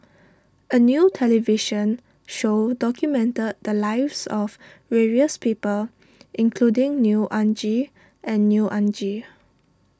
a new television show documented the lives of various people including Neo Anngee and Neo Anngee